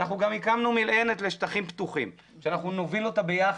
אנחנו גם הקמנו מינהלת לשטחים פתוחים שאנחנו נוביל אותה ביחד,